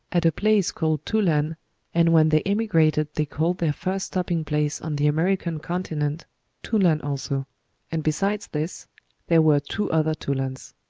at a place called tulan and when they emigrated they called their first stopping-place on the american continent tulan also and besides this there were two other tulans.